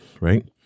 right